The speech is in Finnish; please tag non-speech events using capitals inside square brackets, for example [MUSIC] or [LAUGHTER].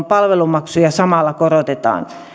[UNINTELLIGIBLE] palvelumaksuja samalla korotetaan